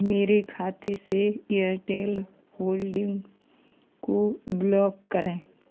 मेरे खाते से एयरटेल होल्डिंग्स को ब्लॉक करें